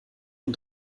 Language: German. und